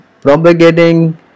propagating